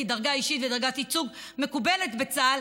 כי דרגה אישית ודרגת ייצוג מקובלות בצה"ל,